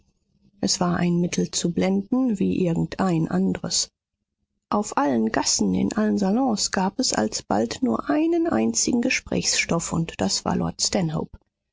es war ein mittel zu blenden wie irgendein andres auf allen gassen in allen salons gab es alsbald nur einen einzigen gesprächsstoff und das war lord